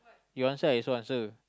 you answer I also answer